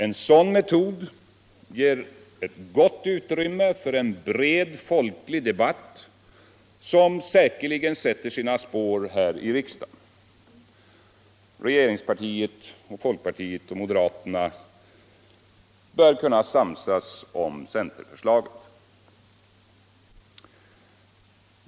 En sådan metod ger ett gott utrymme för en bred folklig debatt, som säkerligen sätter sina spår här i riksdagen. Regeringspartiet och folkpartiet/moderaterna bör kunna samsas om centerförslaget.